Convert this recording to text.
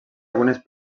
algunes